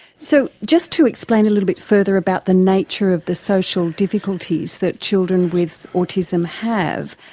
so, just to explain a little bit further about the nature of the social difficulties that children with autism have,